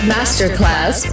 Masterclass